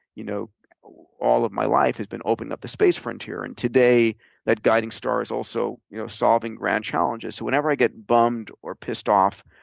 you know all of my life, has been opening up the space frontier, and today that guiding star is also you know solving grand challenges. whenever i get bummed or pissed off,